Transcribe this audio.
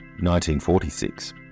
1946